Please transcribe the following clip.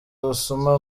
ubusuma